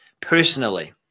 personally